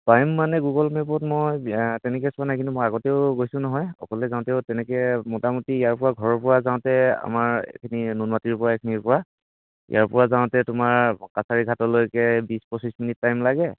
পাৰিম মানে গুগল মেপত মই তেনেকৈ চোৱা নাই কিন্তু মই আগতেও গৈছোঁ নহয় অকলে যাওঁতেও তেনেকৈ মোটামোটি ইয়াৰ পৰা ঘৰৰ পৰা যাওঁতে আমাৰ এইখিনি নুনমাটিৰ পৰা এইখিনিৰ পৰা ইয়াৰ পৰা যাওঁতে তোমাৰ কাছাৰী ঘাটলৈকে বিছ পঁচিছ মিনিট টাইম লাগে